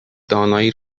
دانایی